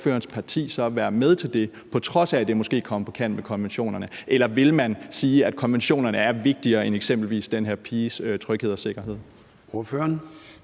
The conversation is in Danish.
vil ordførerens parti så være med til det, på trods af at det måske er på kant med konventionerne, eller vil man sige, at konventionerne er vigtigere end eksempelvis den her piges tryghed og sikkerhed?